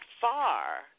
far